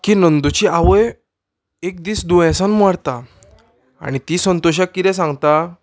की नंदूची आवय एक दीस दुयेंसान मरता आनी ती संतोशाक कितें सांगता